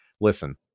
listen